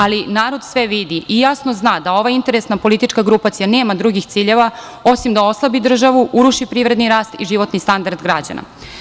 Ali, narod sve vidi i jasno zna da ova interesna politička grupacija nema drugih ciljeva osim da osnaži državu, uruši privredni rast i životni standard građana.